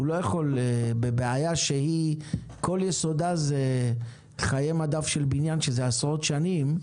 הוא לא יכול בבעיה שכל יסודה זה חיי מדף של בניין שזה עשרות שנים,